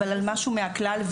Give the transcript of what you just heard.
אבל על משהו מהכלל,